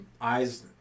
eyes